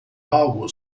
algo